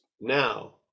now